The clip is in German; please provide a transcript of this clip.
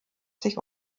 sich